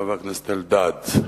חבר הכנסת אלדד?